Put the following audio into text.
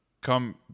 come